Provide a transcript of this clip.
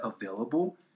available